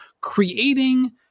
creating